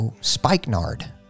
spikenard